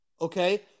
Okay